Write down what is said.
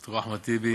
טיבי,